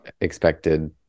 expected